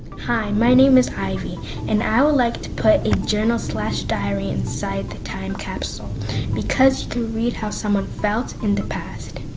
hi, my name is ivy and i would like to put a journal so diary inside the time capsule because to read how someone felt in the past.